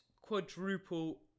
quadruple